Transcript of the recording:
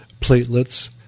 platelets